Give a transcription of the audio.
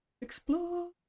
explore